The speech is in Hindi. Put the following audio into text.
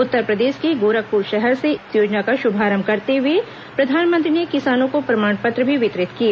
उत्तरप्रदेश के गोरखपुर शहर से इस योजना का शुभारंभ करते हुए प्रधानमंत्री ने किसानों को प्रमाण पत्र भी वितरित किए